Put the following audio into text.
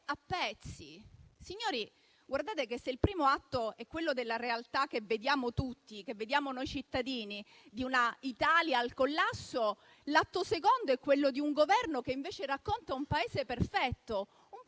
a pezzi. Signori, guardate che se il primo atto è quello della realtà che vediamo tutti, che vediamo noi cittadini, di un'Italia al collasso, l'atto secondo è quello di un Governo che invece racconta un Paese perfetto,